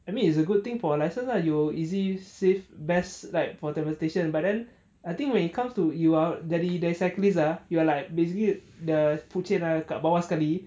I mean it's a good thing for a license lah you easy save best like for demonstration but then I think when it comes to you are dari the cyclists ah you are like basically the food chain ah kat bawah sekali